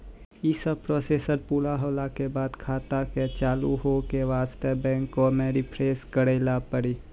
यी सब प्रोसेस पुरा होला के बाद खाता के चालू हो के वास्ते बैंक मे रिफ्रेश करैला पड़ी?